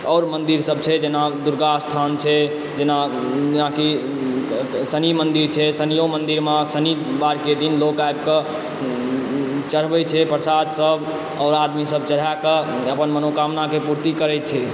आओर मन्दिरसभ छै जेना दुर्गा स्थान छै जेना जेनाकि शनि मन्दिर छै शनिओ मन्दिरमे शनिवारके दिन लोग आबिके चढ़बय छै प्रसादसभ आओर आदमीसभ चढ़ाकऽ अपन मनोकामनाके पूर्ति करैत छै